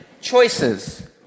choices